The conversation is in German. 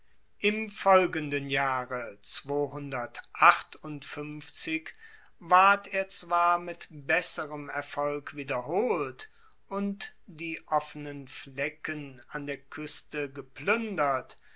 im folgenden jahre ward er zwar mit besserem erfolg wiederholt und die offenen flecken an der kueste gepluendert